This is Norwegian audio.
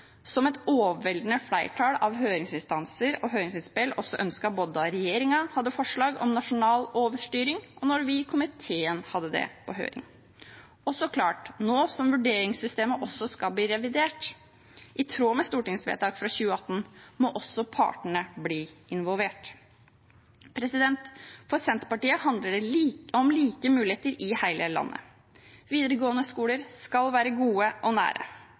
som et overveldende flertall av høringsinstansene og høringsinnspillene også ønsket både da regjeringen hadde på høring forslag om nasjonal overstyring, og da vi i komiteen hadde det på høring. Og så klart, nå som vurderingssystemet også skal bli revidert, i tråd med stortingsvedtak fra 2018, må også partene bli involvert. For Senterpartiet handler det om like muligheter i hele landet. Videregående skoler skal være gode og nære.